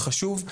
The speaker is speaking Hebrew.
מאוד חשוב.